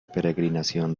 peregrinación